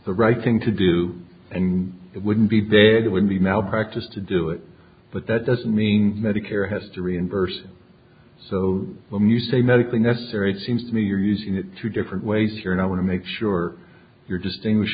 the right thing to do and it wouldn't be dead it would be malpractise to do it but that doesn't mean medicare has to reimburse so when you say medically necessary it seems to me you're using it three different ways here and i want to make sure you're distinguish